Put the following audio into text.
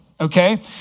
Okay